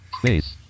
Please